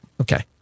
Okay